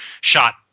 shot